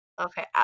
Okay